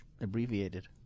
abbreviated